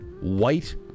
white